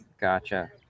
gotcha